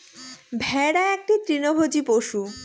ভেড়া একটি তৃণভোজী পশু